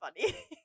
funny